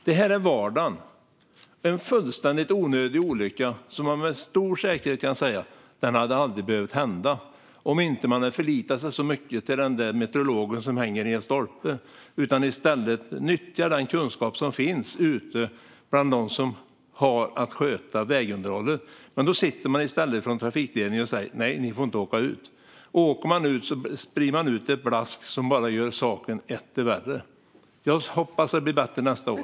Detta är vardag - en fullständigt onödig olycka som med stor säkerhet aldrig hade behövt hända om man inte hade förlitat sig så mycket på den där meteorologiska stationen som hänger i en stolpe utan i stället nyttjat den kunskap som finns bland dem som har att sköta vägunderhållet. Men i stället sitter trafikledningen och säger att man inte får åka ut. Och åker man ut sprider man ut ett blask som bara gör saken etter värre. Jag hoppas att det blir bättre nästa år.